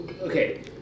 okay